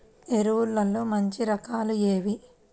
ఎరువుల్లో మంచి రకాలు ఏవి?